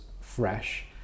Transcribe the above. fresh